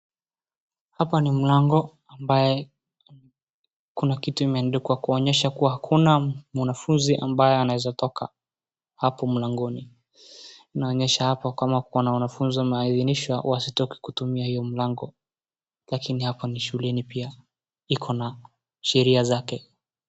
Hapa ni mlango ambayo kuna kitu imeandikwa kuonyesha kuwa hakuna mwanafunzi ambaye ambaye anaeza toka hapo mlangoni .Inaonyesha kuwa kuna wanafunzi ambaye wameidhinishwa wasitioke kutumia hiyo mlango lakini hapa ni shuleni pia ikona sherria zake.